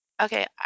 okay